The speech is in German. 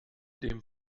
dem